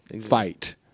fight